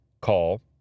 call